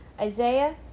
Isaiah